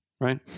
Right